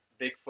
Bigfoot